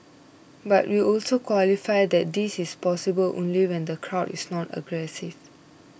but we also qualify that this is possible only when the crowd is not aggressive